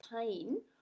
pain